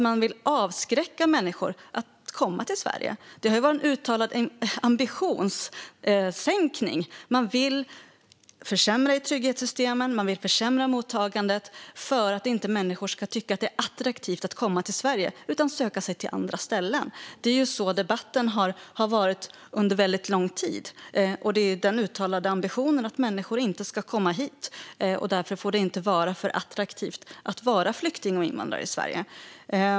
Man vill avskräcka människor från att komma till Sverige. Det har varit en uttalad ambitionssänkning. Man vill försämra trygghetssystemen och försämra mottagandet för att människor inte ska tycka att det är attraktivt att komma till Sverige utan söka sig till andra ställen. Så har debatten varit under lång tid. Den uttalade ambitionen är att människor inte ska komma hit. Därför får det inte vara för attraktivt att vara flykting och invandrare i Sverige.